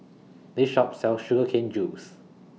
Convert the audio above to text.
This Shop sells Sugar Cane Juice